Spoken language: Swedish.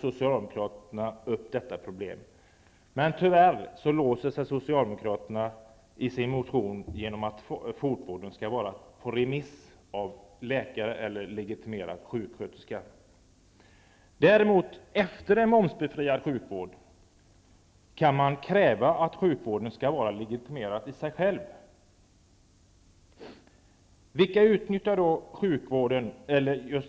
Socialdemokraterna tar upp detta problem. Tyvärr låser sig emellertid socialdemokraterna i sin motion vid att fotvården skall ges efter remiss av läkare eller legitimerad sjuksköterska. Efter en momsbefriad fotvård kan man däremot kräva att fotvården skall vara legitimerad i sig själv. Vilka människor utnyttjar då